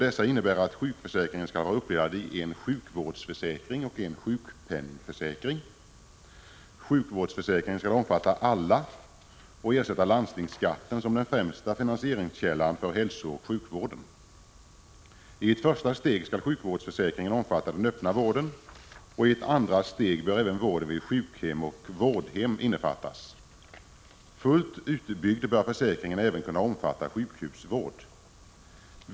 Dessa innebär att sjukförsäkringen skall vara uppdelad i en sjukvårdsförsäkring och en sjukpenningförsäkring. Sjukvårdsförsäkringen skall omfatta alla och ersätta landstingsskatten som den främsta finansieringskällan för hälsooch sjukvården. I ett första steg skall sjukvårdsförsäkringen omfatta den öppna vården. I ett andra steg bör även vården vid sjukhem och vårdhem innefattas. Fullt utbyggd bör försäkringen även kunna omfatta sjukhusvård.